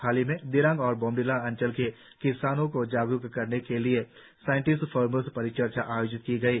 हालहीं में दिरांग और बोम्डिला अंचल के किसानों को जागरुक करने के लिए साइंटिस्ट फर्मर्स परिचर्चा आयोजित की गई